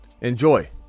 enjoy